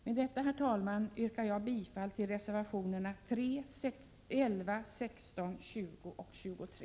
Med detta, herr talman, yrkar jag bifall till reservationerna 3, 11, 16, 20 och 23.